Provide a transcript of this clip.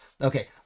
Okay